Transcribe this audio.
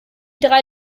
drei